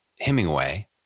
Hemingway